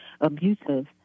abusive